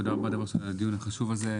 תודה רבה על הדיון החשוב הזה,